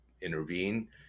intervene